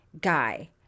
guy